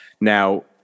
Now